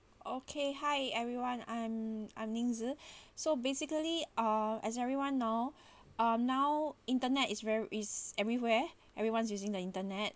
okay hi everyone I'm I'm ning-zi so basically uh as everyone now uh now internet is very is everywhere everyone is using the internet